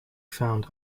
found